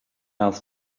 hans